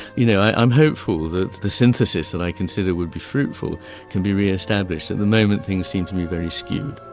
you know, i'm hopeful that the synthesis that i consider would be fruitful can be re-established. at the moment things seem to be very skewed.